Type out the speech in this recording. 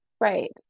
Right